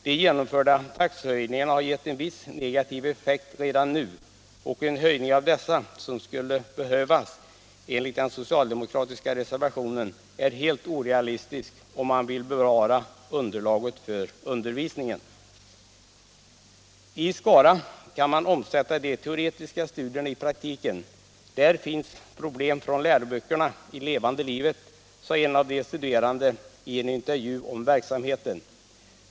De genomförda taxehöjningarna har gett en viss negativ effekt redan nu och en höjning av dessa, som skulle behövas enligt den socialdemokratiska reservationen, är helt orealistisk om man vill bevara underlaget för undervisningen. I Skara kan man omsätta de teoretiska studierna i praktiken. Där finns problem från läroböckerna i levande livet, sade en av de studerande i en intervju om verksamheten.